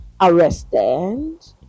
arrested